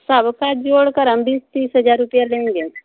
सबका जोड़ कर हम बीस तीस हज़ार रुपये लेंगे